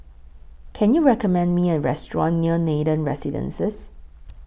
Can YOU recommend Me A Restaurant near Nathan Residences